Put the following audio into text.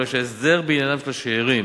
הרי שההסדר בעניינם של השאירים